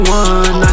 one